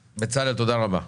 בצלאל, תודה רבה.